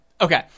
Okay